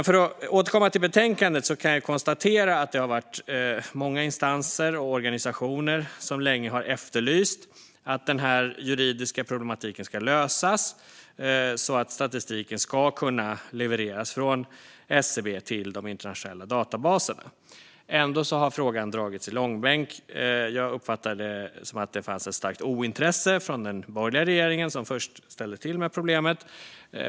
För att återkomma till betänkandet kan jag konstatera att det har varit många instanser och organisationer som länge har efterlyst att den juridiska problematiken ska lösas så att statistiken ska kunna levereras från SCB till de internationella databaserna. Ändå har frågan dragits i långbänk. Jag uppfattar det som att det fanns ett starkt ointresse från den borgerliga regeringen som först ställde till med problemet.